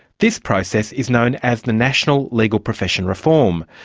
this process is known as the national legal profession reform.